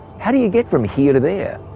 how do you get from here to there?